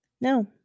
No